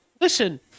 listen